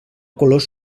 colors